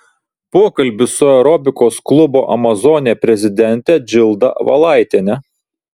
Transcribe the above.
pokalbis su aerobikos klubo amazonė prezidente džilda valaitiene